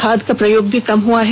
खाद का प्रयोग भी कम हुआ है